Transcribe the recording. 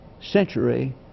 century